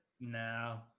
No